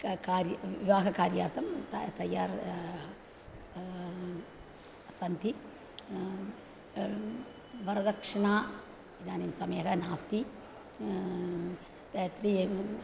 का कार्य विवाहकार्यार्थं त तयार सन्ति वरदक्षिणा इदानीं समये नास्ति तत्र एवम्